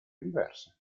diverse